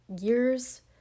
years